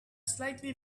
slightly